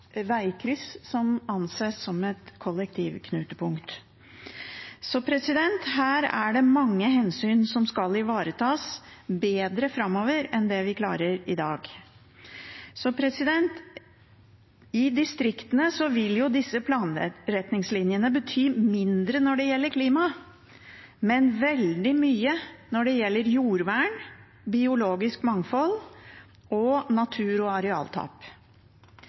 kollektivknutepunkt. Så her er det mange hensyn som skal ivaretas bedre framover enn det vi klarer i dag. I distriktene vil disse planretningslinjene bety mindre når det gjelder klima, men veldig mye når det gjelder jordvern, biologisk mangfold og natur- og arealtap.